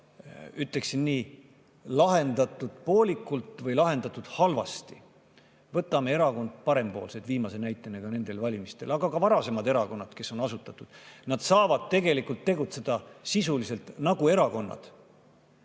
ütleksin nii, lahendatud poolikult või lahendatud halvasti. Võtame Erakond Parempoolsed viimase näitena nendelt valimistelt, aga ka varasemad erakonnad, kes on asutatud. Nad saavad mitteerakonnana, MTÜ-na sisuliselt tegutseda nagu